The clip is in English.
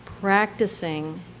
practicing